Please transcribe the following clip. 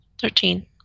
Thirteen